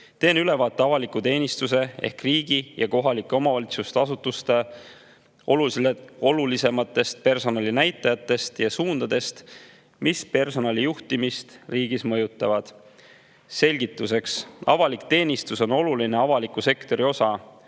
Teen ülevaate avaliku teenistuse ehk riigi- ja kohalike omavalitsuste asutuste olulisematest personalinäitajatest ja suundadest, mis personali juhtimist riigis mõjutavad. Selgituseks. Avalik teenistus on oluline avaliku sektori osa,